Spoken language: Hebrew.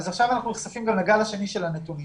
ועכשיו אנחנו נחשפים לגל השני של הנתונים.